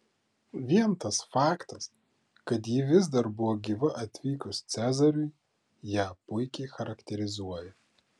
vien tas faktas kad ji vis dar buvo gyva atvykus cezariui ją puikiai charakterizuoja